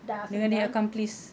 dah aku dengar